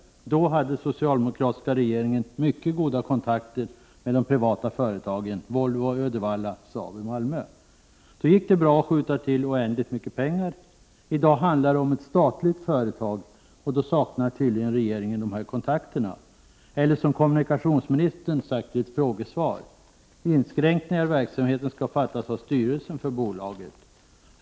Då hade den socialdemokratiska regeringen mycket goda kontakter med de privata företagen, Volvo i Uddevalla och Saab i Malmö. Då gick det bra att skjuta till oändligt mycket pengar. I dag handlar det om ett statligt företag. Då saknar tydligen regeringen de här kontakterna, eller också är det som kommunikationsministern har angett i ett frågesvar, att inskränkningar i verksamheten skall beslutas av styrelsen för bolaget.